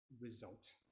result